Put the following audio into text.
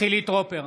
חילי טרופר,